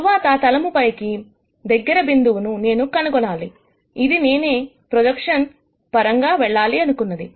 తరువాత తలము పై దగ్గర బిందువు ను నేను కనుగొనాలి ఇదే నేను ప్రొజెక్షన్స్ పరంగా వెళ్లాలి అనుకున్నది